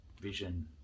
vision